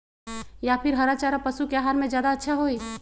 या फिर हरा चारा पशु के आहार में ज्यादा अच्छा होई?